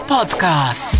Podcast